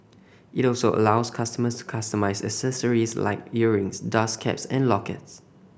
it also allows customers to customise accessories like earrings dust caps and lockets